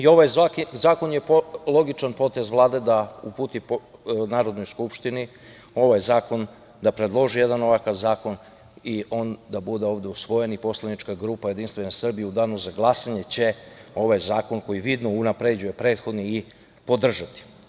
Ovaj zakon je logičan potez Vlade da uputi Narodnoj skupštini ovaj zakon, da predloži jedan ovakav zakon i on ovde da bude usvojen i poslanička grupa JS u danu za glasanje će ovaj zakon, koji vidno unapređuje prethodni, i podržati.